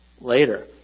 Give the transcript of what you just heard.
later